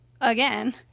again